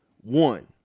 One